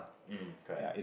mm correct